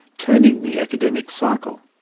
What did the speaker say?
turning the academic cycle.